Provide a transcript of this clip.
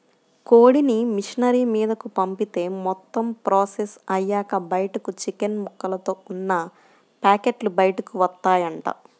కోడిని మిషనరీ మీదకు పంపిత్తే మొత్తం ప్రాసెస్ అయ్యాక బయటకు చికెన్ ముక్కలతో ఉన్న పేకెట్లు బయటకు వత్తాయంట